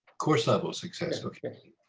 course-level success. okay.